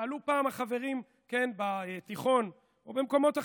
שאלו פעם החברים בתיכון ובמקומות אחרים: